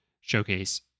showcase